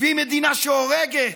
והיא מדינה שהורגת.